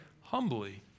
humbly